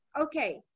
okay